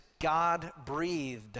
God-breathed